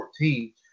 2014